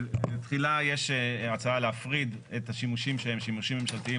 תחילה יש הצעה להפריד את השימושים שהם שימושים ממשלתיים